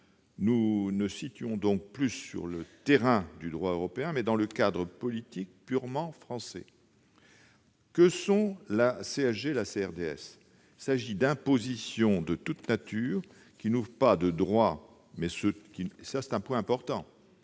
nous situons donc plus sur le terrain du droit européen, mais dans le cadre politique purement français. Que sont la CSG et la CRDS ? Il s'agit d'impositions de toutes natures qui n'ouvrent pas de droits- c'est un point important